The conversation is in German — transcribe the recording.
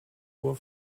uhr